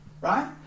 right